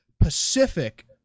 Pacific